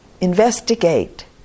Investigate